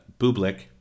Bublik